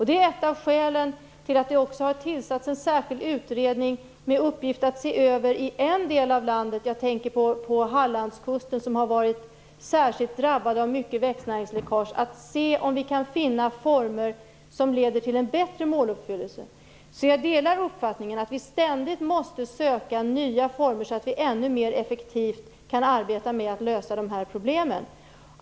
Det är ett av skälen till att det har tillsatts en särskild utredning med uppgift att se över detta i en del av landet - jag tänker på Hallandskusten som har varit särskilt drabbad av växtnäringsläckage - och se om man kan finna former som leder till en bättre måluppfyllelse. Jag delar uppfattningen att vi ständigt måste söka nya former så att vi ännu mer effektivt kan arbeta med att lösa dessa problem.